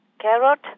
carrot